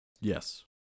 Yes